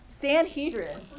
Sanhedrin